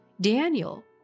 Daniel